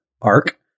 arc